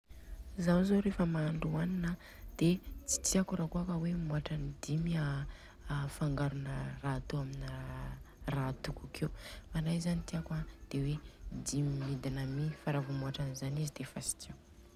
Zaho zô rehefa mahandro hanina an de tsy tiako rakôa ka hoe mihotra ny dimy a fangarona ra atô amina ra atoko akeo. Anay zany an tiako an de le dimy midina mi fa ravô mihoatran'zany izy dia efa tsy tiako.